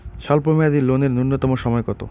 স্বল্প মেয়াদী লোন এর নূন্যতম সময় কতো?